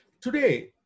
Today